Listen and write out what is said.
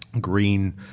Green